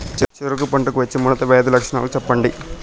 చెరుకు పంటకు వచ్చే ముడత వ్యాధి లక్షణాలు చెప్పండి?